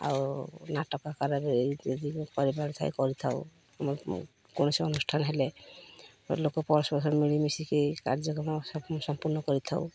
ଆଉ ନାଟକ ଆକାରରେ ଏଇ ଯଦି କରିବାର ଥାଏ କରିଥାଉ କୌଣସି ଅନୁଷ୍ଠାନ ହେଲେ ଲୋକ ପରସ୍ପର ସହ ମିଳିମିଶିକି କାର୍ଯ୍ୟକ୍ରମ ସମ୍ପୂର୍ଣ୍ଣ କରିଥାଉ